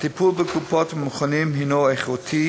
הטיפול בקופות ובמכונים הוא איכותי